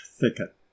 thicket